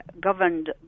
governed